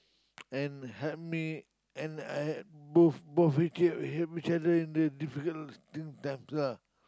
and help me and I both both we can help each other in a difficult in times lah